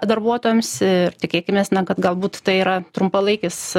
darbuotojams ir tikėkimės kad galbūt tai yra trumpalaikis